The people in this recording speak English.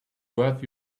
worth